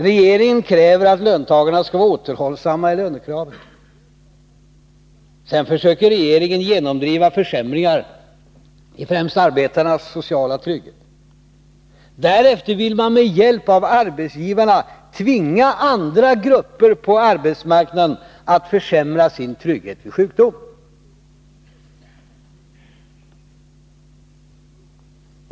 Regeringen kräver att löntagarna skall vara återhållsamma i lönekraven. Sedan försöker regeringen genomdriva försämringar i främst arbetarnas sociala trygghet. Därefter vill man med hjälp av arbetsgivarna tvinga andra grupper på arbetsmarknaden att försämra sin trygghet vid sjukdom.